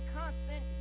constant